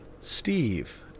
Steve